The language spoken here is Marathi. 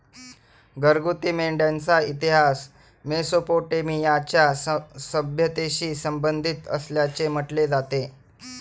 घरगुती मेंढ्यांचा इतिहास मेसोपोटेमियाच्या सभ्यतेशी संबंधित असल्याचे म्हटले जाते